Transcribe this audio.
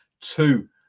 two